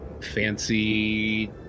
fancy